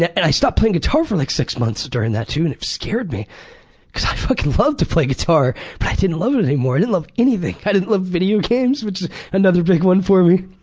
and i stopped playing guitar for like six months during that too and it scared me cuz i fucking loved to play guitar but i didn't love it it anymore. i didn't love anything. i didn't love video games which is another big one for me.